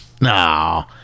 No